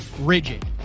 rigid